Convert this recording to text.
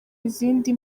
izindi